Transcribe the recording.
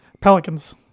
Pelicans